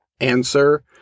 answer